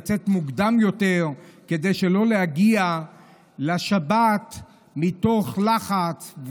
לצאת מוקדם יותר כדי שלא להגיע לשבת מתוך לחץ.